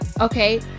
Okay